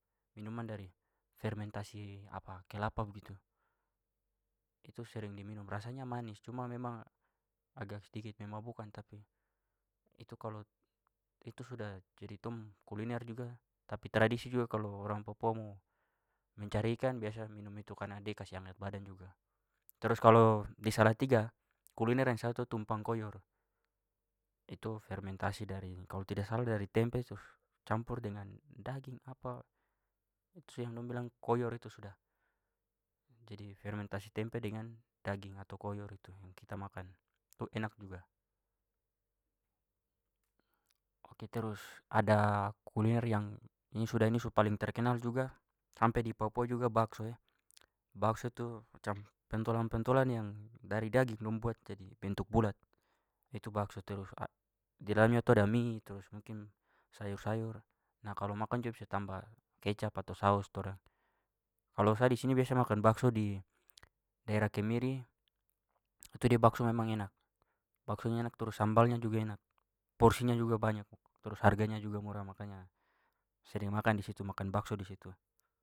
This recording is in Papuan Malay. Minuman dari fermentasi kelapa begitu. Itu sering diminum. Rasanya manis cuma memang agak sedikit memabukkan tapi itu kalau- itu sudah jadi tong kuliner juga. Tapi tradisi juga, kalo orang papua mo mencari ikan biasa minum itu karena dia kasih hangat badan juga. Trus kalau di salatiga kuliner yang sa tahu tu tumpang koyor. Itu fermentasi dari kalau tidak salah dari tempe trus campur dengan daging, apa, itsuda yang dong bilang koyor itu sudah. Jadi fermentasi tempe dengan daging atau koyor itu yang kita makan. enak juga. Ok, terus ada kuliner yang ini sudah- ini su paling terkenal juga sampe di papua juga bakso e. Bakso tu macam pentolan-pentolan yang dari daging dong buat jadi bentuk bulat, itu bakso. Terus didalamnya tu ada mie trus mungkin sayur-sayur. Nah, kalo makan juga bisa tamba kecap atau saos. Kalo sa di sini biasa makan bakso di daerah kemiri itu dia bakso memang enak- baksonya enak trus sambalnya juga enak porsinya juga banyak trus harganya juga murah, makanya sering makan di situ- makan bakso di situ.